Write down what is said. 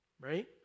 right